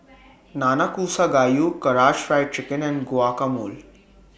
Nanakusa Gayu Karaage Fried Chicken and Guacamole